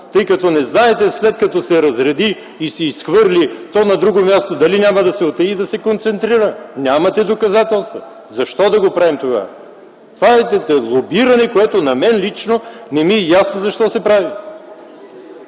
тъй като не знаете след като се разреди и се изхвърли то на друго място, дали няма да се утаи и да се концентрира. Нямате доказателства! Защо да го правим това? Това е лобиране, което на мен лично не ми е ясно защо се прави.